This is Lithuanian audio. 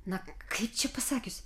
na kaip čia pasakius